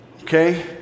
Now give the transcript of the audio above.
Okay